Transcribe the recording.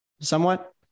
somewhat